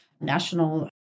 national